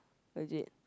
legit